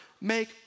make